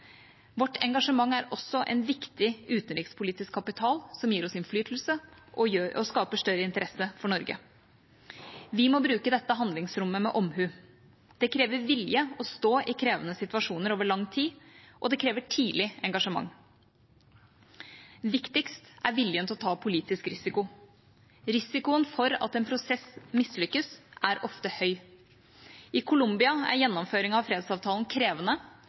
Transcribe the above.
Vårt engasjement er også en viktig utenrikspolitisk kapital, som gir oss innflytelse og skaper større interesse for Norge. Vi må bruke dette handlingsrommet med omhu. Det krever vilje å stå i krevende situasjoner over lang tid, og det krever tidlig engasjement. Viktigst er viljen til å ta politisk risiko. Risikoen for at en prosess mislykkes, er ofte høy. I Colombia er gjennomføringen av fredsavtalen krevende